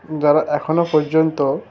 যারা এখনও পর্যন্ত